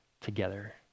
together